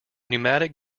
pneumatic